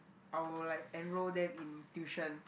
I will like enroll them in tuition